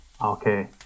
Okay